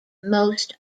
most